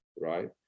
right